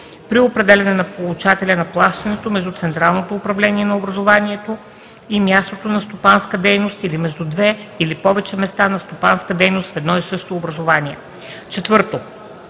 при определяне на получателя на плащането между централното управление на образуванието и мястото на стопанска дейност или между две или повече места на стопанска дейност на едно и също образувание; 4.